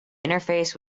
interface